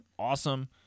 awesome